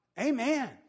Amen